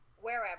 wherever